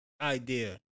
idea